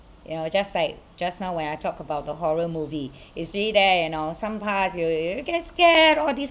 you know just like just now when I talked about the horror movie it's really there you know some parts you you get scared all these